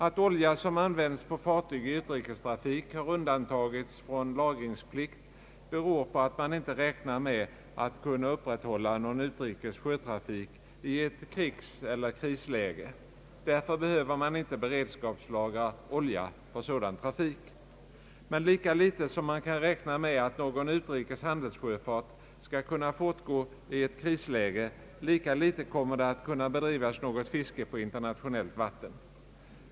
Att olja som används på fartyg i utrikestrafik har undantagits från lagringsplikt beror på att man inte räknar med att kunna upprätthålla någon utrikes sjötrafik i ett krigseller krisläge. Därför behöver man inte beredskapslagra olja för sådan trafik. Men lika litet som man kan räkna med att någon utrikes handelssjöfart skall kunna fortgå i ett krisläge, lika litet kommer det att kunna bedrivas något fiske på internationellt vatten.